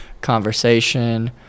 conversation